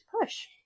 push